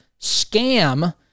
scam